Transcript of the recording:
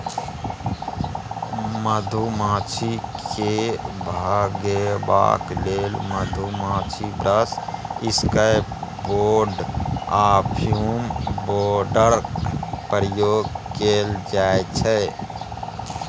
मधुमाछी केँ भगेबाक लेल मधुमाछी ब्रश, इसकैप बोर्ड आ फ्युम बोर्डक प्रयोग कएल जाइत छै